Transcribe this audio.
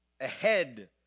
ahead